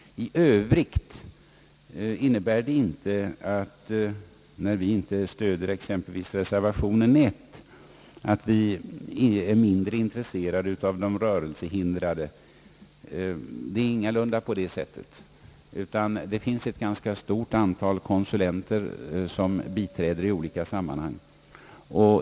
I övrigt innebär vårt ställningstagande inte att vi när vi t.ex. går emot reservation nr 1 skulle vara mindre intresserade av de rörelsehindrades problem. Det är ingalunda på det sättet, men det finns ett ganska stort antal konsulenter som biträder i olika sammanhang.